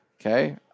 Okay